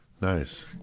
Nice